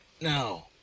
No